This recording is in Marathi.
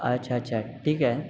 अच्छा अच्छा ठीक आहे